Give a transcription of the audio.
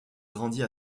grandit